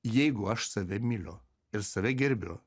jeigu aš save myliu ir save gerbiu